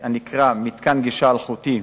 הנקרא "מתקן גישה אלחוטית",